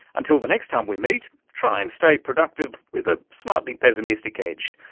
until the next time we meet, try and stay productive with a slightly pessimistic edge.